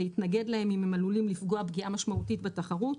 להתנגד להם אם הם עלולים לפגוע פגיעה משמעותית בתחרות,